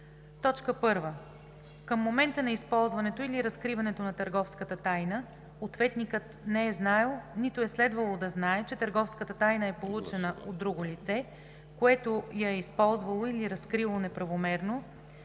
условия: 1. към момента на използването или разкриването на търговската тайна ответникът не е знаел, нито е следвало да знае, че търговската тайна е получена от друго лице, което я е използвало или разкрило неправомерно,